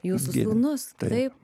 jūsų sūnus taip